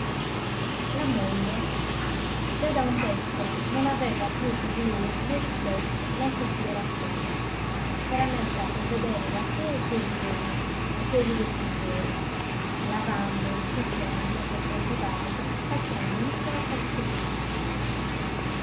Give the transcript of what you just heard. la moglie già da un pezzo non aveva più per lui né rispetto né considerazione s'era messa a provvedere da sé ai suoi bisogni e a quelli dei figliuoli lavando cucendo per conto d'altri facendo ogni sorta di servizii